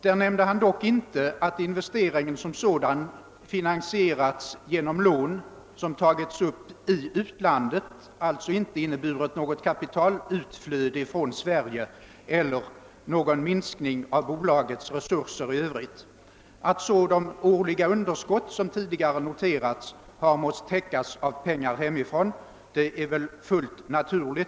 Herr Haglund nämnde dock inte att denna investering finansierats genom lån, som tagits upp i utlandet, och att den alltså inte inneburit något kapitalutflöde från Sverige eller någon minskning av bolagets resurser i övrigt. Att de årliga underskott som tidigare noterats har måst täckas av pengar hemifrån är fullt naturligt.